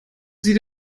sie